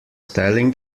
telling